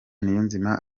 niyonzima